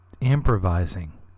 improvising